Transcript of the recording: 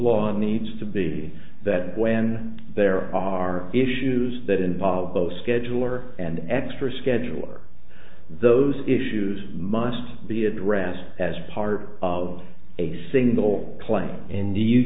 law and needs to be that when there are issues that involve both scheduler and extra scheduler those issues must be addressed as part of a single play in do you